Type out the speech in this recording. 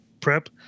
prep